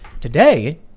Today